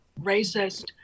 Racist